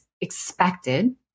expected